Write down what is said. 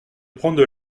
prendre